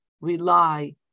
rely